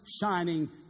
shining